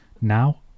Now